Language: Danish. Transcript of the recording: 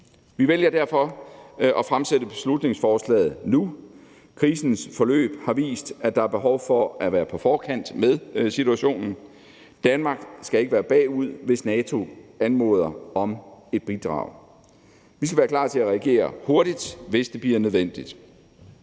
Vi vælger derfor at fremsætte beslutningsforslaget nu. Krisens forløb har vist, at der er behov for at være på forkant med situationen. Danmark skal ikke være bagud, hvis NATO anmoder om et bidrag. Vi skal være klar til at reagere hurtigt, hvis det bliver nødvendigt.